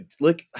look